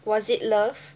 Was It Love